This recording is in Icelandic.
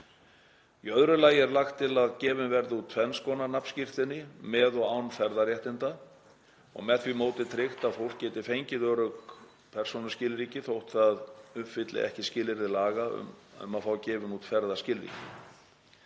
Í öðru lagi er lagt til að gefin verði út tvenns konar nafnskírteini, með og án ferðaréttinda, og með því móti tryggt að fólk geti fengið öruggt persónuskilríki þótt það uppfylli ekki skilyrði laga til að fá gefin út ferðaskilríki.